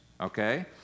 okay